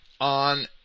on